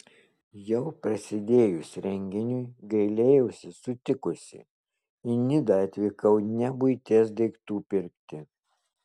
jau prasidėjus renginiui gailėjausi sutikusi į nidą atvykau ne buities daiktų pirkti